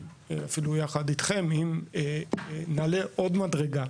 גם בשיתוף שלכם - אם נעלה עוד מדרגה.